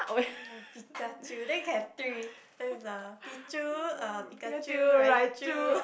Pikachu then you can have three first is the Picchu uh Pikachu Raichu